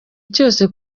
cyose